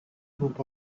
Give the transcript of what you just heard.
group